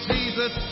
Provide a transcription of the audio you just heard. Jesus